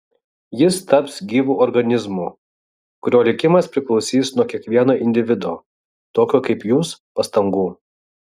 jis taps gyvu organizmu kurio likimas priklausys nuo kiekvieno individo tokio kaip jūs pastangų